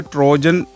Trojan